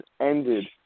ended